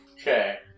Okay